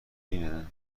اینه